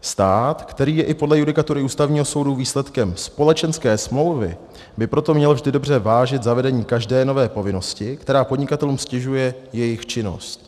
Stát, který je i podle judikatury Ústavního soudu výsledkem společenské smlouvy, by proto měl vždy dobře vážit zavedení každé nové povinnosti, která podnikatelům ztěžuje jejich činnost.